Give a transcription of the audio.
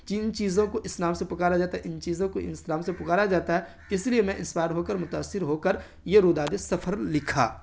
کن چیزوں کو اس نام سے پکارا جاتا ہے ان چیزوں کو اس نام سے پکارا جاتا ہے تو اسی لیے میں انسپائر ہو کر متأثر ہو کر یہ روداد سفر لکھا